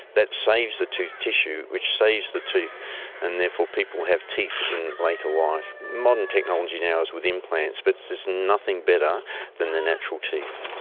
that saves the tooth tissue which saves the tooth and therefore people have teeth in later life. modern technology now is with implants, but there's nothing better than the natural natural teeth.